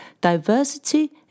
diversity